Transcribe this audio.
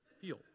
feel